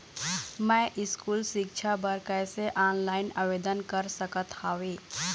मैं स्कूल सिक्छा बर कैसे ऑनलाइन आवेदन कर सकत हावे?